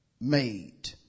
made